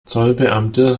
zollbeamte